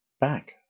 back